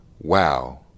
Wow